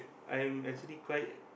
I'm actually quite